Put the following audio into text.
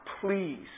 please